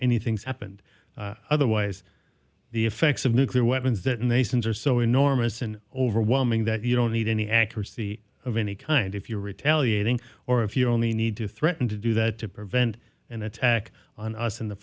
anything's happened otherwise the effects of nuclear weapons that and they sins are so enormous and overwhelming that you don't need any accuracy of any kind if you're retaliating or if you only need to threaten to do that to prevent an attack on us in the